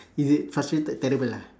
if it's frustrated terrible ah